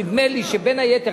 נדמה לי שבין היתר,